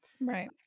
Right